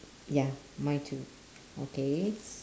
ya mine too okay